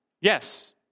Yes